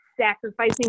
sacrificing